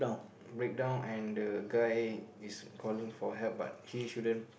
breakdown and the guy is calling for help but he shouldn't